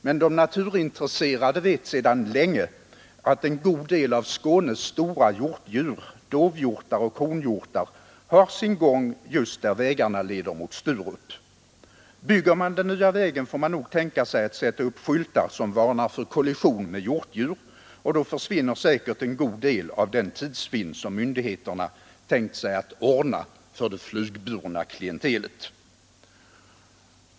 Men de som känner området vet sedan länge att en god del av Skånes stora hjortdjur — dovhjortar och kronhjortar — har sin gång just där vägarna leder mot Sturup. Bygger man den nya vägen får man nog tänka sig att sätta upp skyltar som varnar för kollision med hjortdjur — och då försvinner väl den tidsvinst som myndigheterna tänkt sig ordna för det flygburna klientelet.